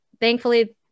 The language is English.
thankfully